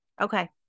Okay